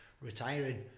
retiring